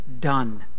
done